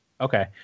Okay